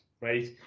right